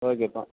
okay ప